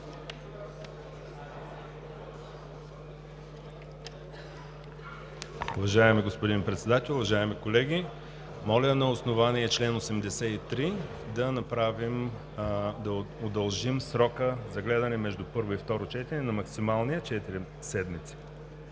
Уважаеми господин Председател, уважаеми колеги! Моля, на основание чл. 83 да удължим срока за гледане между първо и второ четене на максималния – четири седмици.